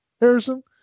Harrison